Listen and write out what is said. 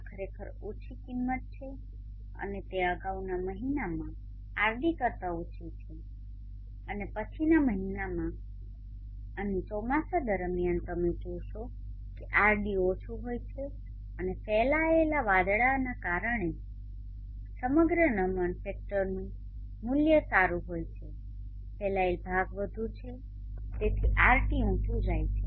આ ખરેખર ઓછી કિંમત છે અને તે અગાઉના મહિનામાં Rd કરતાં ઓછી છે અને પછીના મહિનામાં અને ચોમાસા દરમિયાન તમે જોશો કે Rd ઓછુ હોય છે અને ફેલાયેલા વાદળાના કારણે સમગ્ર નમન ફેક્ટરનુ મુલ્ય વધુ સારું હોય છે ફેલાયેલ ભાગ વધુ છે અને તેથી Rt ઊચુ જાય છે